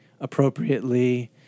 appropriately